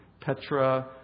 Petra